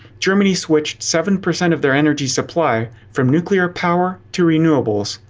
germany switched seven percent of their energy supply from nuclear power to renewables,